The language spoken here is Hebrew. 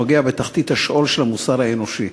שנוגע בתחתית השאול של המוסר האנושי.